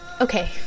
Okay